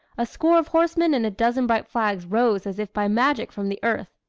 a score of horsemen and a dozen bright flags rose as if by magic from the earth.